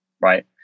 Right